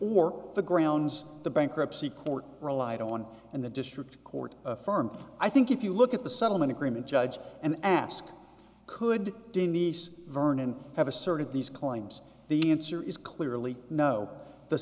judgment or the grounds the bankruptcy court relied on and the district court affirmed i think if you look at the settlement agreement judge and ask could denise vernon have asserted these claims the answer is clearly no the